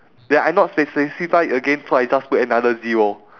eh I not spe~ specify it again so I just put another zero